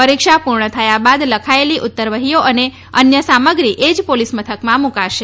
પરીક્ષા પૂર્ણ થયા બાદ લખાયેલી ઉત્તર વહીઓ અને અન્ય સામગ્રી એ જ પોલીસ મથકમાં મુકાશે